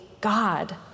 God